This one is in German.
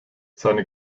seine